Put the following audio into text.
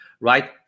right